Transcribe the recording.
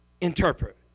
interpret